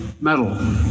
medal